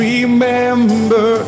Remember